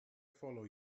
follow